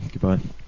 Goodbye